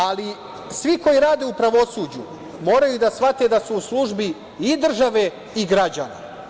Ali, svi koji rade u pravosuđu moraju da shvate da su u službi i države i građana.